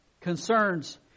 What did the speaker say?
concerns